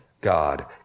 God